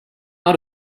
out